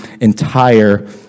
entire